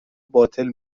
باطل